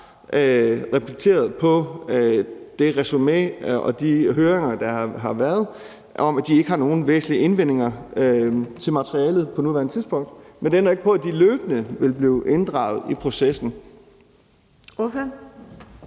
repliceret på det resumé og de høringer, der har været, at de ikke har nogen væsentlige indvendinger til materialet på nuværende tidspunkt. Men det ændrer ikke på, at de løbende vil blive inddraget i processen.